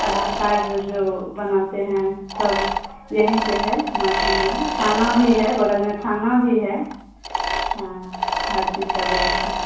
आधार card जो बनाते हैं सब यहीं पर है कुमारखण्ड में थाना भी है बगल में थाना भी है हाँ हर चीज़ की व्यवस्था है